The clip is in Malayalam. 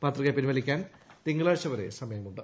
പത്രിക പിൻവലിക്കാൻ തിങ്കളാഴ്ച വരെ സമയമുണ്ട്